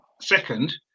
second